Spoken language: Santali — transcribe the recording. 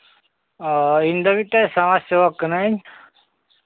ᱚ ᱤᱧᱫᱚ ᱢᱤᱫᱴᱮᱱ ᱥᱟᱶᱟᱨ ᱥᱮᱵᱚᱠ ᱠᱟᱹᱱᱟᱹᱧ